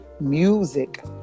music